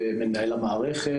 ומנהל המערכת.